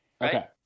Okay